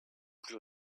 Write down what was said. plus